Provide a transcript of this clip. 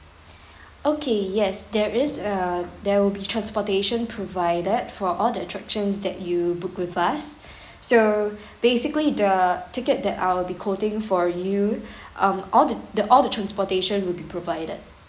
okay yes there is uh there will be transportation provided for all the attractions that you book with us so basically the ticket that I'll be quoting for you um all the the all the transportation will be provided